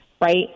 Right